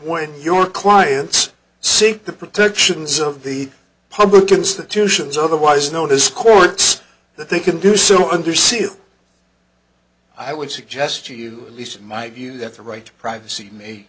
when your clients seek the protections of the public institutions otherwise known as courts that they can do so under seal i would suggest to you at least in my view that the right to privacy may